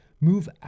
Move